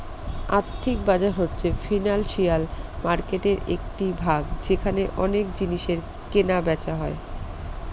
আর্থিক বাজার হচ্ছে ফিনান্সিয়াল মার্কেটের একটি ভাগ যেখানে অনেক জিনিসের কেনা বেচা হয়